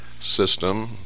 system